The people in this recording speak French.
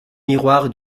miroir